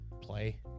play